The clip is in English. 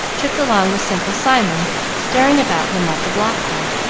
tripped along with simple simon staring about him like a blockhead.